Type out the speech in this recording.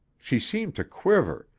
she seemed to quiver,